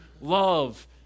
love